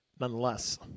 nonetheless